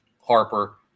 Harper